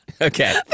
Okay